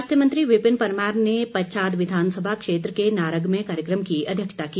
स्वास्थ्य मंत्री विपिन परमार ने पच्छाद विधानसभा क्षेत्र के नारग में कार्यक्रम की अध्यक्षता की